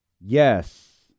Yes